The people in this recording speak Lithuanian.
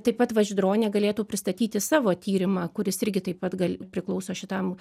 taip pat va žydronė galėtų pristatyti savo tyrimą kuris irgi taip pat gal priklauso šitam